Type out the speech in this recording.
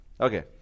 okay